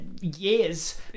years